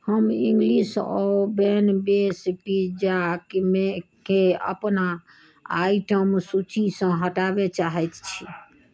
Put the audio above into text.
हम English oven base pizza केँ अपना आइटम सूचीसँ हटाबै चाहैत छी